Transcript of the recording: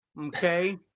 okay